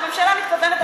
שהממשלה מתכוונת,